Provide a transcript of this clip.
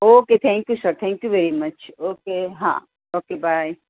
okay thank you sir thank you very much okay હાં okay by